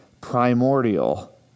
primordial